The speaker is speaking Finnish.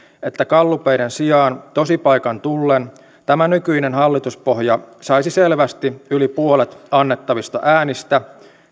että gallupeiden sijaan tosipaikan tullen tämä nykyinen hallituspohja saisi selvästi yli puolet annettavista äänistä